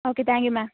okay thank you ma'am